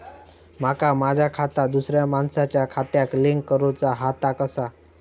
माका माझा खाता दुसऱ्या मानसाच्या खात्याक लिंक करूचा हा ता कसा?